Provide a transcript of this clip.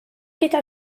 gyda